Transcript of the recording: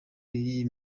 y’iyi